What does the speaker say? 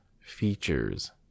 features